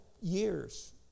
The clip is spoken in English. years